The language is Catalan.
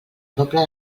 pobla